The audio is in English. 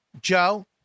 Joe